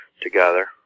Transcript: together